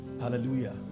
hallelujah